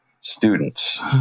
students